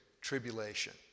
tribulation